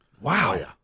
Wow